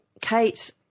Kate